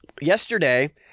yesterday